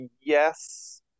yes